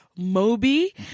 Moby